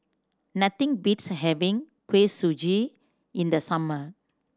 nothing beats having Kuih Suji in the summer